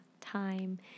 time